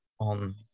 On